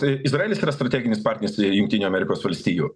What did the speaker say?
tai izraelis yra strateginis partneris jungtinių amerikos valstijų